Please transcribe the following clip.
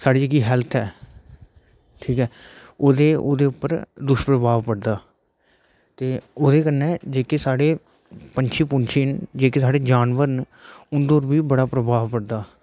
साढ़ी जेहकी हैल्थ ऐ ठीक ऐ ओहदे उप्पर दुश्प्रभाव पडदा ते ओहदे कन्नै जेहके साढ़े पंछी जेहके साढ़े जानवर ना उंदे उप्पर बी बड़ा प्रभाब पडदा